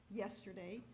yesterday